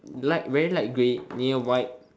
black very light grey near white